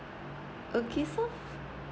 okay so